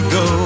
go